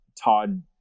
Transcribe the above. Todd